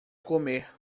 comer